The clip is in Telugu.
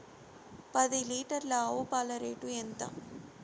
పది లీటర్ల ఆవు పాల రేటు ఎంత?